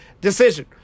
decision